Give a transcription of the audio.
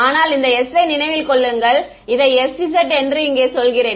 ஆனால் இந்த s யை நினைவில் கொள்ளுங்கள் இதை sz என்று இங்கே சொல்கிறேன்